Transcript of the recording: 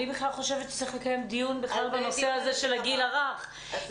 אני בכלל חושבת שצריך לקיים דיון בנושא הגיל הרך כי